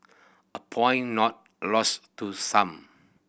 a point not lost to some